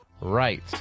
right